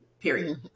period